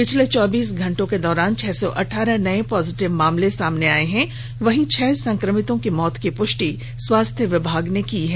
पिछले चौबीस घंटे के दौरान छह सौ अठारह नए पॉजिटिव मामले सामने आए हैं वहीं छह संक्रमितों की मौत की पुष्टि स्वास्थ्य विभाग ने की है